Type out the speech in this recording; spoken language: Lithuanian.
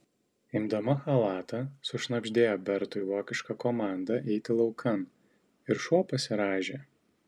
imdama chalatą sušnabždėjo bertui vokišką komandą eiti laukan ir šuo pasirąžė